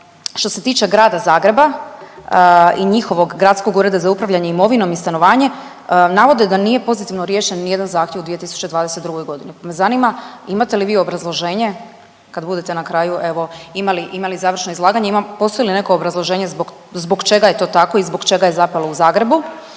što se tiče Grada Zagreba i njihovog Gradskog ureda za upravljanje imovinom i stanovanja navode da nije pozitivno riješen ni jedan zahtjev u 2022. godini, pa me zanima imate li vi obrazloženje kad budete na kraju evo imali, imali završno izlaganje, postoji li neko obrazloženje zbog čega je to tako i zbog čega je zapelo u Zagrebu?